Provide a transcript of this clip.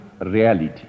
reality